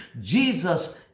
Jesus